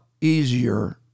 easier